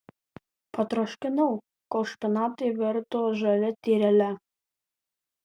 patroškinau kol špinatai virto žalia tyrele